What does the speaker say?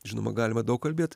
žinoma galima daug kalbėt